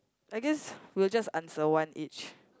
I guess we'll just answer one each